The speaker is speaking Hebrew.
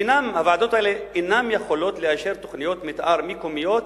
והוועדות האלה אינן יכולות לאשר תוכניות מיתאר מקומיות